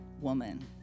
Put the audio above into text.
woman